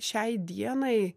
šiai dienai